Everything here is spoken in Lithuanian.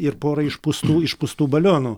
ir pora išpūstų išpūstų balionų